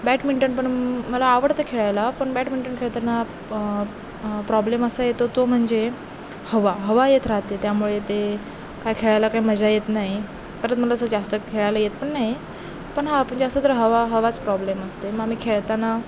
badminton पण मला आवडतं खेळायला पण बॅटमिंटन खेळताना प्रॉब्लेम असा येतो तो म्हणजे हवा हवा येत राहते त्यामुळे ते काय खेळायला काय मजा येत नाही परत मला असं जास्त खेळायला येत पण नाही पण हां पण जास्त तर हवा हवाच प्रॉब्लेम असते मग आम्ही खेळताना